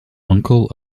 uncle